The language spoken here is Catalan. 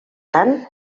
tant